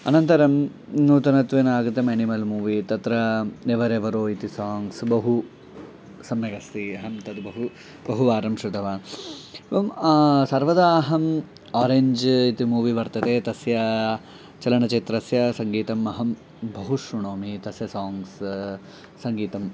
अनन्तरं नूतनत्वेन आगतम् एनिमल् मूवी तत्र एवरेवरो इति साङ्ग्स् बहु सम्यगस्ति अहं तद् बहु बहुवारं श्रुतवान् एवं सर्वदा अहम् आरेञ्ज् इति मूवी वर्तते तस्य चलनचित्रस्य सङ्गीतम् अहं बहु श्रुणोमि तस्य साङ्ग्स् सङ्गीतम्